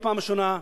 לא פעם ראשונה,